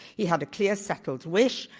he had a clear, settled wish,